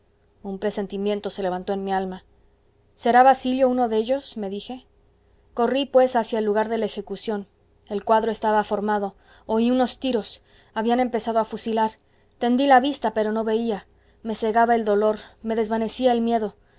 un presentimiento se levantó en mi alma será basilio uno de ellos me dije corrí pues hacia el lugar de la ejecución el cuadro estaba formado oí unos tiros habían empezado a fusilar tendí la vista pero no veía me cegaba el dolor me desvanecía el miedo